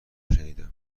شنیدم